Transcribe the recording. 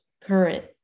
current